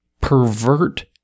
pervert